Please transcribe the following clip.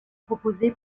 proposé